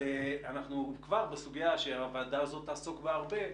אנחנו כבר בסוגיה שהוועדה הזאת תעסוק בה הרבה,